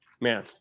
man